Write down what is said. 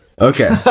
Okay